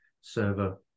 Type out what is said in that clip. server